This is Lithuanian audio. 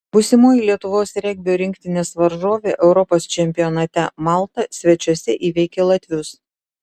būsimoji lietuvos regbio rinktinės varžovė europos čempionate malta svečiuose įveikė latvius